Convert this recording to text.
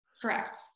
Correct